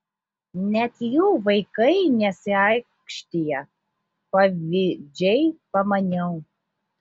net jų vaikai nesiaikštija pavydžiai pamaniau